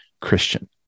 Christian